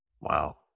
Wow